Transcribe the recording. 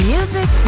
Music